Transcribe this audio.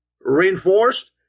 reinforced